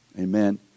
Amen